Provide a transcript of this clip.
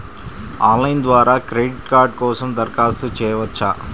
Online ద్వారా credit card కోసం దరఖాస్తు చేయవచ్చా?